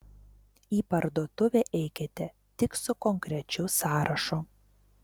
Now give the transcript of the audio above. į parduotuvę eikite tik su konkrečiu sąrašu